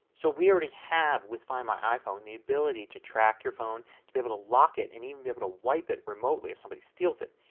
so we already have with find my iphone the ability to track your phone, to be able to lock it, and even be to wipe it remotely if somebody steals it.